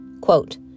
quote